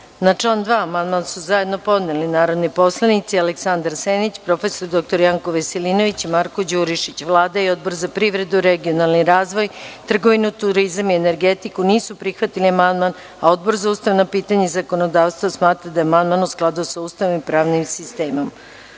Na član 2. amandman su zajedno podneli narodni poslanici Aleksandar Senić, prof. dr Janko Veselinović i Marko Đurišić. Vlada i Odbor za privredu, regionalni razvoj, trgovinu, turizam i energetiku nisu prihvatili amandman. Odbor za ustavna pitanja i zakonodavstvo smatra da je amandman u skladu sa Ustavom i pravnim sistemom. Da